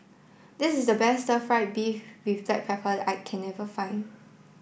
this is the best Stir Fry Beef With Black Pepper I can never find